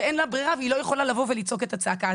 שאין לה ברירה והיא לא יכולה לבוא ולצעוק את הצעקה.